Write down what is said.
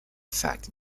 fact